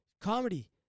Comedy